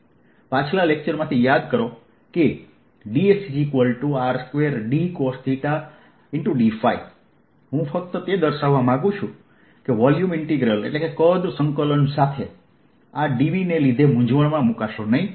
પાછલા લેકચરમાંથી યાદ કરો કે dSR2dcosθdϕ હું ફક્ત તે દર્શાવવા માંગું છું કે વોલ્યુમ ઇન્ટિગ્રલ સાથે આ dV ને લીધે મૂંઝવણમાં મૂકાશો નહીં